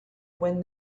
when